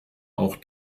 auch